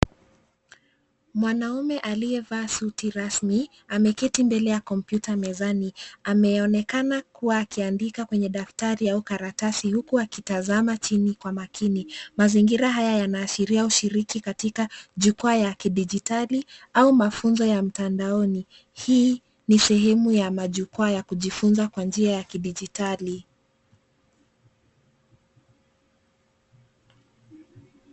Mwanaume aliyevaa suit rasmi ameketi mbele ya kompyuta mezani. Ameonekana kuwa ameandika kwenye daftari au karatasi huku akitazama chini kwa makini. Mazingira haya yanaashiria ushiriki katika jukwaa ya kidigitali au mafunzo ya mtandaoni. Hii ni sehemu ya majukwaa ya kujifunza kwa njia ya kidigitali.